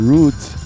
Roots